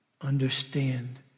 understand